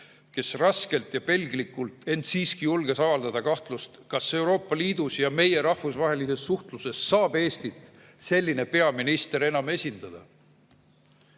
kes raskelt ja pelglikult, ent siiski julges avaldada kahtlust, kas Euroopa Liidus ja meie rahvusvahelises suhtluses saab selline peaminister enam Eestit esindada.